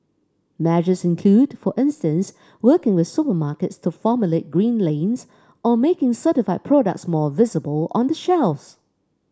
measures include for instance working with supermarkets to formulate green lanes or making certified products more visible on the shelves